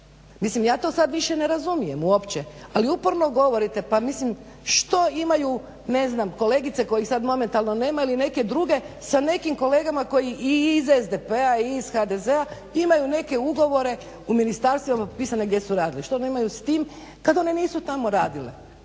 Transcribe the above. Mislim ja to sad više ne razumijem uopće. Ali, uporno govorite, pa mislim što imaju ne znam kolegice kojih sad momentalno nema ili neke druge sa nekim kolegama koji i iz SDP-a i iz HDZ-a imaju neke ugovore u ministarstvima potpisane gdje su radili? Što oni imaju s tim kad oni nisu tamo radili